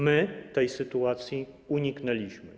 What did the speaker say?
My tej sytuacji uniknęliśmy.